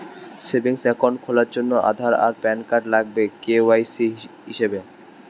savings account খোলার জন্যে আধার আর প্যান কার্ড লাগবে কে.ওয়াই.সি হিসেবে